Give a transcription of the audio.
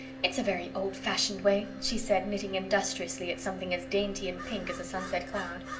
it's a very old-fashioned way, she said, knitting industriously at something as dainty and pink as a sunset cloud.